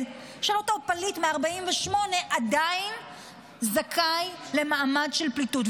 של אותו פליט מ-1948 עדיין זכאי למעמד של פליטות.